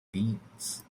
bins